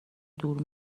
دور